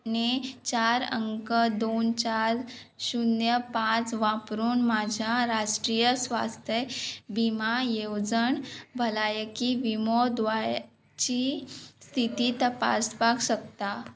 णे चार अंक दोन चार शुन्य पांच वापरून म्हाज्या राष्ट्रीय स्वास्थ विमा येवजण भलायकी विमो द्वायची स्थिती तपासपाक शकता